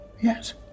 Yes